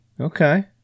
Okay